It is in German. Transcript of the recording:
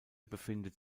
befindet